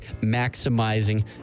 maximizing